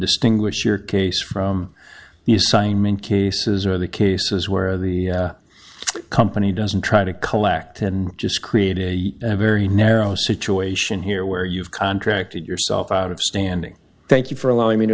distinguish your case from the assignment cases or the cases where the company doesn't try to collect and just create a very narrow situation here where you've contracted yourself out of standing thank you for allowing me to